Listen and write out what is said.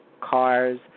cars